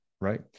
right